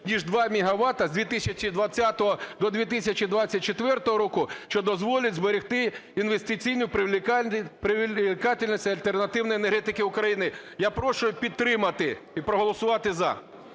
ніж 2 мегавата з 2020 до 2024 року, що дозволить зберегти інвестиційну привлекательность альтернативної енергетики України. Я прошу підтримати і проголосувати "за".